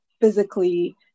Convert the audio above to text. physically